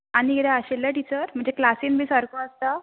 आनी किदें आशिल्लें टिचर म्हणजे क्लासीन बी सारको आसता